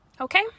Okay